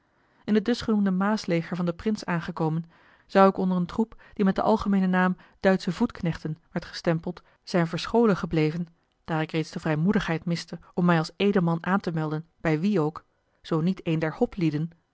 n het dusgenoemde maasleger van den prins aangekomen zou ik onder een troep die met den algemeenen naam duitsche voetknechten werd bestempeld zijn verscholen gebleven daar ik reeds de vrijmoedigheid miste om mij als edelman aan te melden bij wie ook zoo niet een der hoplieden